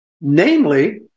namely